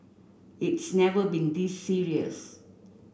it's never been this serious